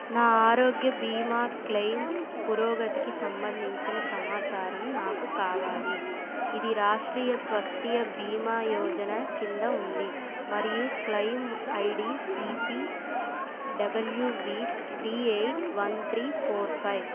నా ఆరోగ్య బీమా క్లెయిమ్ పురోగతికి సంబంధించిన సమాచారం నాకు కావాలి ఇది రాష్ట్రీయ స్వస్థ్య బీమా యోజన కింద ఉంది మరియు claim ID C P W V three eight one three four five